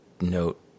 note